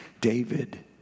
David